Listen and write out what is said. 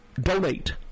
donate